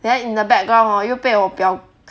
then in the background hor 又被我表